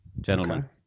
gentlemen